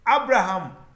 Abraham